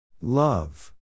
Love